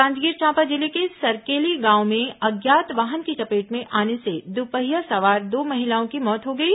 जांजगीर चांपा जिले के सरकेली गांव में अज्ञात वाहन की चपेट में आने से दुपहिया सवार दो महिलाओं की मौत हो गई